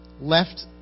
left